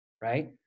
right